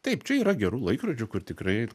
taip čia yra gerų laikrodžių kur tikrai